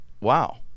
wow